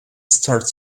starts